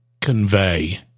convey